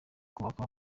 kubaka